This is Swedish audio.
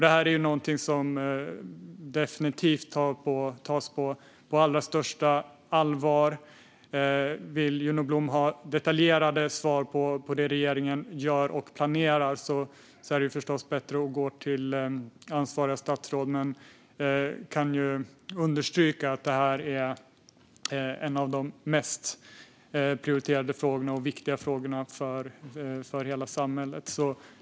Det här är någonting som definitivt tas på allra största allvar. Vill Juno Blom ha detaljerade svar på vad regeringen gör och planerar är det förstås bättre att gå till ansvarigt statsråd. Men jag kan understryka att det här är en av de mest prioriterade och viktiga frågorna för hela samhället.